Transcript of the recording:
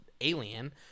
alien